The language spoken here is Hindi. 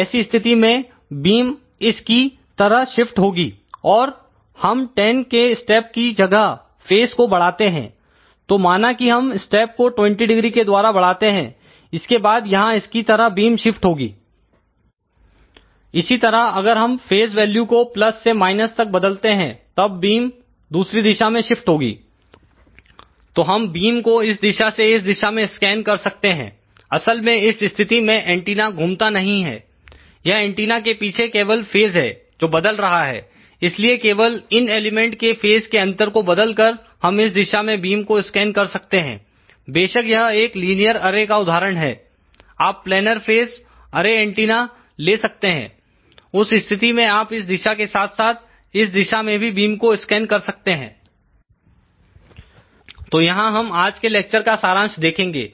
ऐसी स्थिति में बीम इसकी तरह शिफ्ट होगी अगर हम 10 के स्टेप की जगह फेज को बढ़ाते हैं तो माना कि हम स्टेप को 20 डिग्री के द्वारा बढ़ाते हैं इसके बाद यहां इसकी तरह बीम शिफ्ट होगी इसी तरह अगर हम फेज वैल्यू को से तक बदलते हैं तब बीम दूसरी दिशा में शिफ्ट होगी तो हम बीम को इस दिशा से इस दिशा में स्कैन कर सकते हैं असल में इस स्थिति में एंटीना घूमता नहीं है यह एंटीना के पीछे केवल फेज है जो बदल रहा है इसलिए केवल इन एलिमेंट के फेज के अंतर को बदल कर हम इस दिशा में बीम को स्कैन कर सकते हैं बेशक यह एक लीनियर अरे का उदाहरण है आप प्लेनर फेज अरे एंटीना ले सकते हैं उस स्थिति में आप इस दिशा के साथ साथ इस दिशा में भी बीम को स्कैन कर सकते हैं तो यहां हम आज के लेक्चर का सारांश देखेंगे